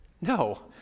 No